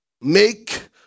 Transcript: make